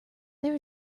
there